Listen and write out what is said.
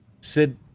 Sid